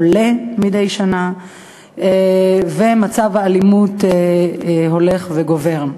עולה מדי שנה והאלימות הולכת וגוברת.